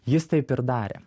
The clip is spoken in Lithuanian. jis taip ir darė